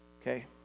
Okay